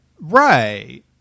right